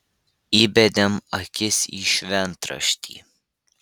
įbedėm akis į šventraštį